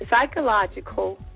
psychological